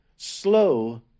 Slow